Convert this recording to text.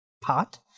pot